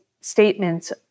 statements